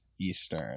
Eastern